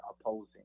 opposing